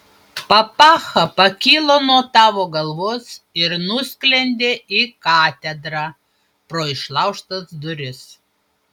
papacha pakilo nuo tavo galvos ir nusklendė į katedrą pro išlaužtas duris